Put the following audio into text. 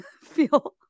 feel